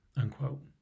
unquote